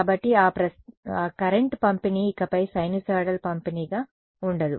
కాబట్టి ఆ కరెంట్ పంపిణీ ఇకపై సైనూసోయిడల్ పంపిణీగా ఉండదు